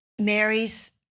Mary's